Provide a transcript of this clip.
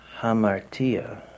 hamartia